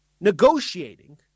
negotiating